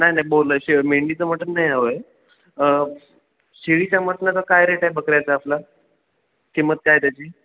नाही नाही बोल शे मेंढीचं मटन नाही हवं आहे शेळीच्या मटनाचा काय रेट आहे बकऱ्याचं आपला किंमत काय आहे त्याची